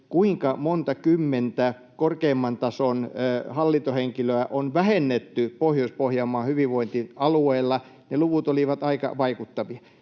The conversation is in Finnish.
kuinka montakymmentä korkeimman tason hallintohenkilöä on vähennetty Pohjois-Pohjanmaan hyvinvointialueella. Ne luvut olivat aika vaikuttavia.